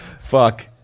Fuck